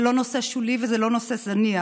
זה לא נושא שולי וזה לא נושא זניח.